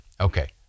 Okay